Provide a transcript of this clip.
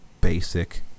basic